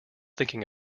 thinking